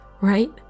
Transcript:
right